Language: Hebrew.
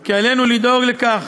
כי עלינו לדאוג לכך